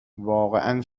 واقعا